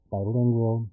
bilingual